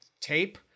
tape